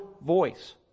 voice